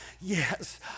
yes